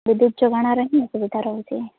ବିଦ୍ୟୁତ୍ ଯୋଗାଣର ହିଁ ଅସୁବିଧା ରହୁଛି